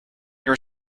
your